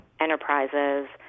Enterprises